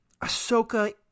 Ahsoka